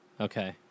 Okay